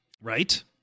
Right